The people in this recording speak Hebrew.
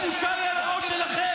הבושה היא על הראש שלכם.